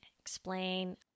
explain